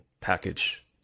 package